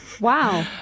Wow